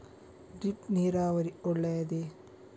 Drip ನೀರಾವರಿ ಒಳ್ಳೆಯದೇ?